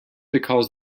because